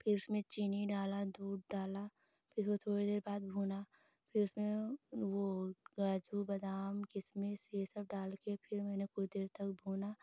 फिर उसमें चीनी डाला दूध डाला फिर वो थोड़ी देर बाद भुना फिर वो काजू बदाम किशमिश ये सब डाल कर फिर मैंने कुछ देर तक भूना